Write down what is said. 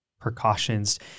precautions